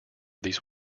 these